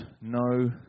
no